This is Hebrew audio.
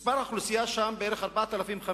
מספר התושבים שם בערך 4,500,